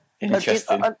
Interesting